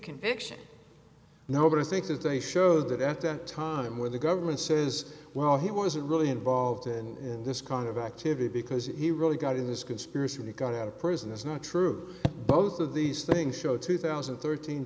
conviction nobody thinks that they showed that at that time when the government says well he wasn't really involved in this kind of activity because he really got in this conspiracy and he got out of prison is not true both of these things show two thousand and thirteen